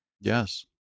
Yes